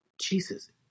Jesus